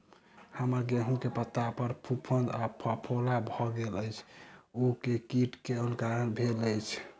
हम्मर गेंहूँ केँ पत्ता पर फफूंद आ फफोला भऽ गेल अछि, ओ केँ कीट केँ कारण भेल अछि?